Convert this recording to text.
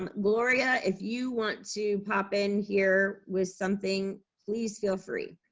um gloria, if you want to pop in here with something, please feel free.